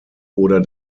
oder